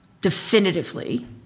definitively